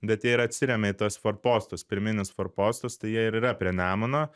bet jie ir atsiremia į tuos forpostus pirminius forpostus tai jie ir yra prie nemuno